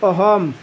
Assam